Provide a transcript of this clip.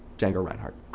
django reinhardt.